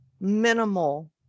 minimal